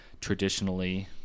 traditionally